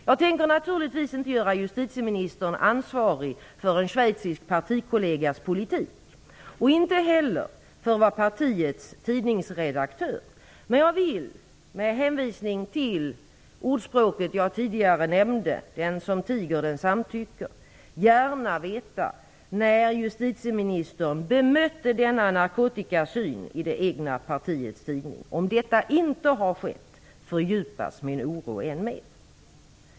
Jag tänker naturligtvis inte göra justitieministern ansvarig för en schweizisk partikollegas politik och inte heller för vad partiets tidningsredaktör gör, men jag vill med hänvisning till ordspråket jag tidigare nämnde - "Den som tiger, den samtycker" - gärna veta när justitieministern bemötte denna narkotikasyn i det egna partiets tidning. Om detta inte har skett fördjupas min oro än mer.